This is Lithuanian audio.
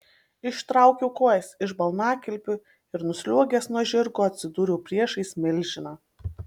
ištraukiau kojas iš balnakilpių ir nusliuogęs nuo žirgo atsidūriau priešais milžiną